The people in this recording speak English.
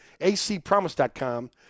acpromise.com